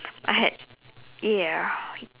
I had ya